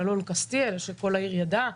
על אלון קסטיאל שכל העיר ידעה,